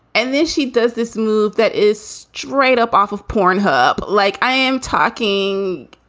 and then she does this move that is straight up off of pornhub like i am talking.